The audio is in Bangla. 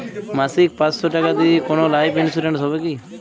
মাসিক পাঁচশো টাকা দিয়ে কোনো লাইফ ইন্সুরেন্স হবে কি?